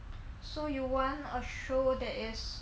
so you want a show that is